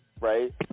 right